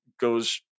goes